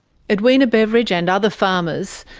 edwina beveridge and other farmers,